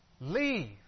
Leave